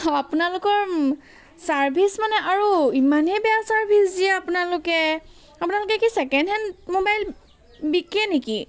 আপোনালোকৰ ছাৰ্ভিচ মানে আৰু ইমানেই বেয়া ছাৰ্ভিচ দিয়ে আপোনালোকে আপোনালোকে কি ছেকেণ্ডহেণ্ড মোবাইল বিকে নেকি